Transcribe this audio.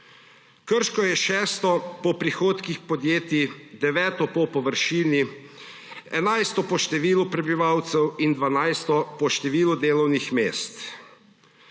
Krško je šesto po prihodkih podjetij, deveto po površini, enajsto po številu prebivalstva in dvanajsto po številu delovnih mest.